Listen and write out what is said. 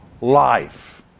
life